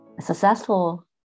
Successful